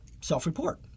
self-report